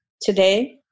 today